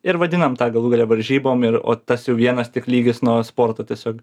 ir vadinam tą galų gale varžybom ir o tas jau vienas tik lygis nuo sporto tiesiog